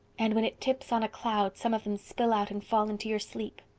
and when it tips on a cloud some of them spill out and fall into your sleep.